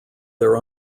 their